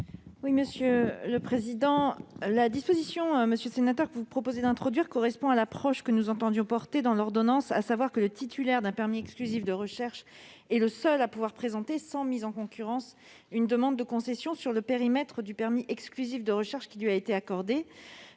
Monsieur le sénateur, la disposition que vous proposez correspond à l'approche que nous entendions défendre dans notre ordonnance, à savoir que le titulaire d'un permis exclusif de recherche est le seul à pouvoir présenter, sans mise en concurrence, une demande de concession sur le périmètre du permis exclusif de recherche qui lui a été accordé.